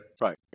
Right